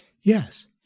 Yes